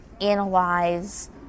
analyze